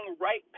right